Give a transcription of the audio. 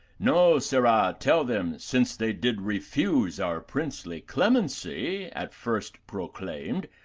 no, sirra, tell them, since they did refuse our princely clemency at first proclaimed,